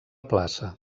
plaça